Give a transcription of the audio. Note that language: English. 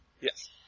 Yes